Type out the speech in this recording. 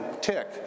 tick